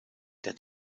der